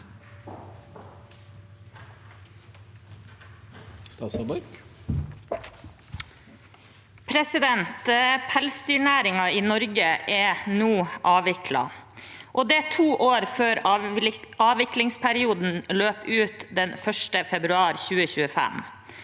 Pelsdyrnæringen i Norge er nå avviklet, og det er to år før avviklingsperioden løper ut, den 1. februar 2025.